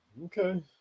Okay